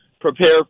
prepare